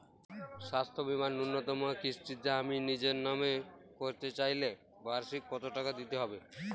স্বাস্থ্য বীমার ন্যুনতম কিস্তিতে আমি নিজের নামে করতে চাইলে বার্ষিক কত টাকা দিতে হবে?